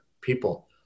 people